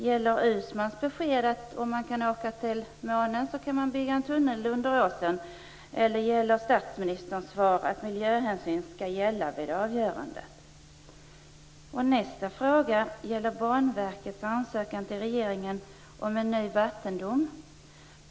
Gäller Uusmanns besked, dvs. att man kan bygga en tunnel under åsen om man kan åka till månen, eller gäller statsministerns svar, dvs. att miljöhänsyn skall gälla vid avgörandet. Nästa fråga gäller Banverkets ansökan till regeringen om en ny vattendom.